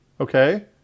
okay